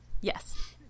Yes